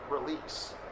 release